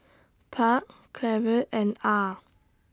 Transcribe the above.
Park Cleave and Ah